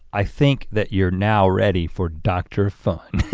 i think that you're now ready for dr. fun.